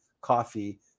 coffee